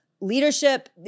leadership